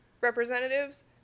representatives